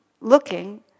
looking